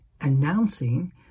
announcing